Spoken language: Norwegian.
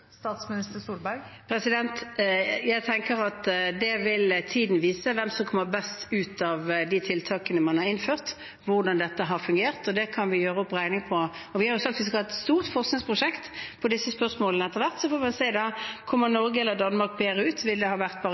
vil vise hvem som kommer best ut av de tiltakene man har innført, og hvordan dette har fungert. Det kan vi gjøre opp regning for. Vi har sagt at vi skal ha et stort forskningsprosjekt om disse spørsmålene etter hvert. Så får vi se hvem som kommer best ut av Norge og Danmark. Har det vært barrierer eller annet for andre? Det